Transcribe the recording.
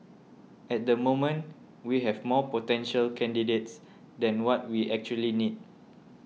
at the moment we have more potential candidates than what we actually need